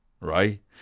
Right